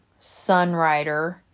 Sunrider